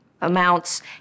amounts